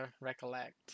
recollect